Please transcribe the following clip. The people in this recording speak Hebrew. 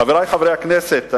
חברי חברי הכנסת,